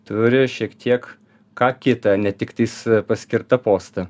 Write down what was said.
turi šiek tiek ką kita ne tektais paskirtą postą